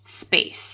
space